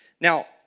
Now